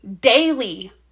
daily